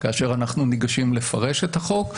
כאשר אנחנו ניגשים לפרש את החוק,